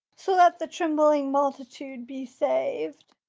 so that the trembling multitude be saved.